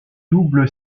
double